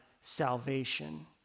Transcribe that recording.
salvation